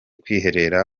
kwiherera